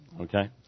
Okay